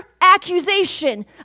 accusation